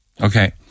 Okay